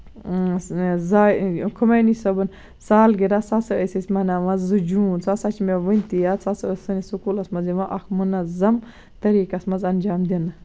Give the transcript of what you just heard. زا خُمینی صٲبُن سالگِراہ سۄ ہسا ٲسۍ أسۍ مَناوان زٕ جوٗن سُہ ہسا چھِ مےٚ وُنہِ تہِ یاد سُہ ہسا ٲسۍ سٲنِس سکوٗلَس منٛز یِوان اکھ مُنظم طریٖقس منٛز اِنجام دِنہٕ